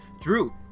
Drew